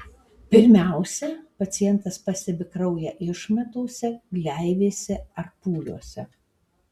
pirmiausia pacientas pastebi kraują išmatose gleivėse ar pūliuose